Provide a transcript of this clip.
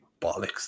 bollocks